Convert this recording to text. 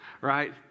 right